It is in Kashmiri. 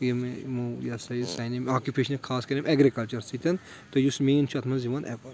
یِم یمو یہِ ہَسا یہِ سانہِ یِم آواکِپیشن خاص کَر یِم ایٚگرِکَلچَر سۭتۍ تہٕ یُس مین چھُ اَتھ منٛز یِوان ایٚپٕل